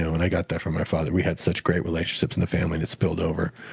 and i got that from my father. we had such great relationships in the family that spilled over.